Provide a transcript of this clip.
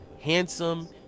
handsome